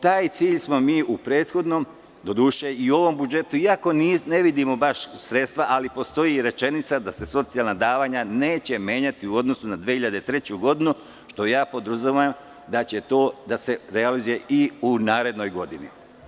Taj cilj smo mi u prethodnom, doduše i u ovom budžetu, iako ne vidimo sredstva, ali postoji rečenica da se socijalna davanja neće menjati u odnosu na 2003. godinu, što podrazumevam da će se realizovati i u narednoj godini.